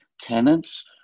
tenants